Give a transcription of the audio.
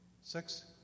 Six